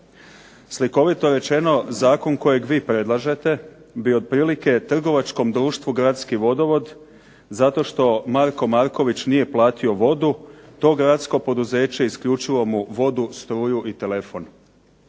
Slikovito rečeno, zakon kojeg vi predlažete bi otprilike trgovačkom društvu Gradski vodovod zato što Marko Marković nije platio vodu to gradsko poduzeće isključilo mu vodu, struju i telefon.